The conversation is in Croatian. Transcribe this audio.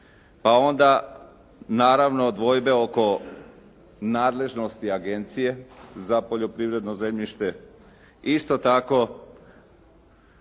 Pa onda naravno dvojbe oko nadležnosti agencije za poljoprivredno zemljište, isto tako